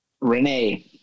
Renee